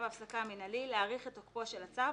ההפסקה המינהלי להאריך את תוקפו של הצו,